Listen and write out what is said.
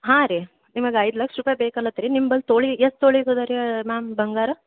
ಹಾಂ ರೀ ನಿಮಗೆ ಐದು ಲಕ್ಷ ರೂಪಾಯಿ ಬೇಕಲತ್ ರೀ ನಿಂಬಳಿ ತೊಲೆ ಎಷ್ಟು ತೊಲೆ ರೀ ಮ್ಯಾಮ್ ಬಂಗಾರ